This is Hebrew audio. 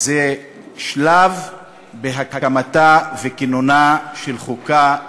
הם שלב בהקמתה וכינונה של חוקה למדינה.